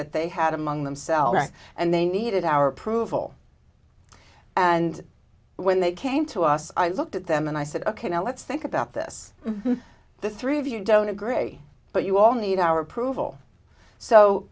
that they had among themselves and they needed our approval and when they came to us i looked at them and i said ok now let's think about this the three of you don't agree but you all need our approval so